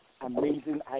amazing